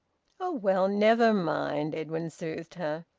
oh well! never mind! edwin soothed her.